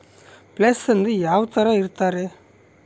Place ಅಂದ್ರೆ ಯಾವ್ತರ ಇರ್ತಾರೆ?